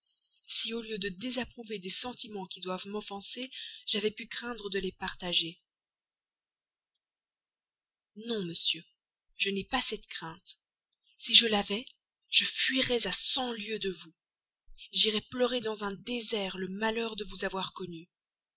si au lieu de désapprouver des sentiments qui doivent m'offenser j'avais pu craindre de les partager non monsieur je n'ai pas cette crainte si je l'avais je fuirais à cent lieues de vous j'irais pleurer dans un désert le malheur de vous avoir connu